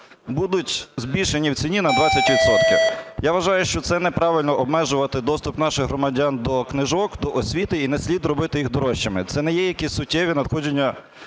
будуть збільшені в ціні на 20 відсотків. Я вважаю, що це неправильно обмежувати доступ наших громадян до книжок, до освіти і не слід робити їх дорожчими. Це не є якісь суттєві надходження